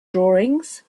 drawings